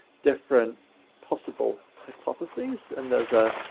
different possible hypotheses. and there's a